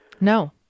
No